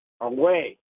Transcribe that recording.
away